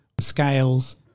scales